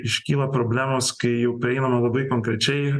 iškyla problemos kai jau prieinama labai konkrečiai